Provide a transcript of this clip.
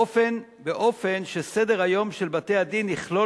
באופן שסדר-היום של בתי-הדין יכלול